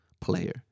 player